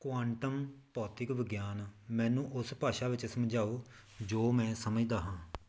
quantum ਭੌਤਿਕ ਵਿਗਿਆਨ ਮੈਨੂੰ ਉਸ ਭਾਸ਼ਾ ਵਿੱਚ ਸਮਝਾਓ ਜੋ ਮੈਂ ਸਮਝਦਾ ਹਾਂ